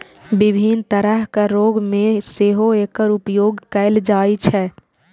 विभिन्न तरहक रोग मे सेहो एकर उपयोग कैल जाइ छै